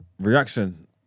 reaction